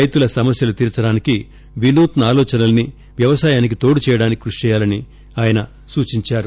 రైతుల సమస్యలు తీర్చడానికి వినూత్స ఆలోచనల్సి వ్యవసాయానికి తోడు చేయడానికి కృషి చేయాలని సూచించారు